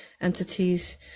entities